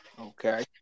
Okay